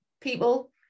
people